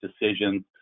decisions